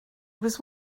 was